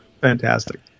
Fantastic